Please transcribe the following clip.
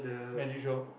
magic show